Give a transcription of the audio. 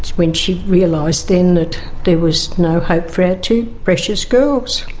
when she realised then that there was no hope for our two precious girls.